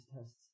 tests